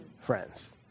friends